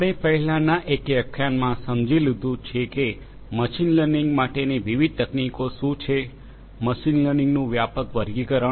આપણે પહેલાના એક વ્યાખ્યાનમાં સમજી લીધું છે કે મશીન લર્નિંગ માટેની વિવિધ તકનીકીઓ શું છે મશીન લર્નિંગનું વ્યાપક વર્ગીકરણ